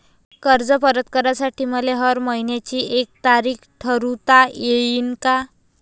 कर्ज परत करासाठी मले हर मइन्याची एक तारीख ठरुता येईन का?